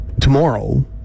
tomorrow